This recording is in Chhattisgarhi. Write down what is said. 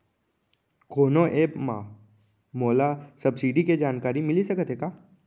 कोनो एप मा मोला सब्सिडी के जानकारी मिलिस सकत हे का?